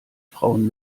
frauen